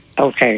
Okay